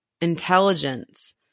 intelligence